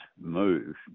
move